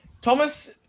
thomas